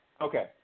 Okay